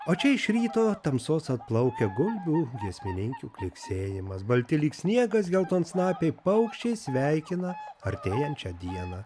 o čia iš ryto tamsos atplaukia gulbių giesmininkių klegsėjimas balti lyg sniegas geltonsnapiai paukščiai sveikina artėjančią dieną